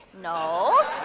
No